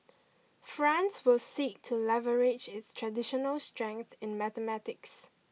France will seek to leverage its traditional strength in mathematics